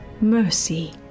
mercy